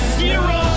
zero